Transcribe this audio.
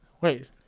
wait